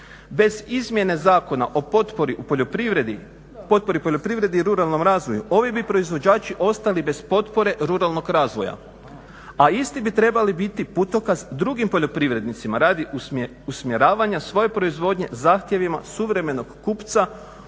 Bez izmjene Zakona o potpori poljoprivredi i ruralnom razvoju ovi bi proizvođači ostali bez potpore ruralnog razvoja, a isti bi trebali biti putokaz drugim poljoprivrednicima radi usmjeravanja svoje proizvodnje zahtjevima suvremenog kupca